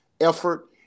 effort